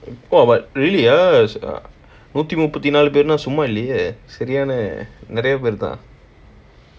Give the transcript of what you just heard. !wah! but really ah err நூற்று முப்பத்து நாலு பேர்னா சும்மா இல்லையே சரியான நிறைய பேரு தான்:nootru muppathu naalu pernaa summa illayae sariyaana niraiya peru thaan